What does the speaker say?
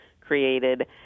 created